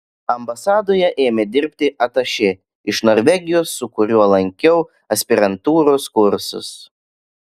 ambasadoje ėmė dirbti atašė iš norvegijos su kuriuo lankiau aspirantūros kursus